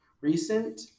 recent